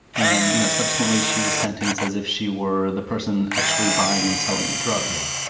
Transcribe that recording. and you know, subsequently, she was sentenced as if she were the person actually buying and selling the drugs yeah.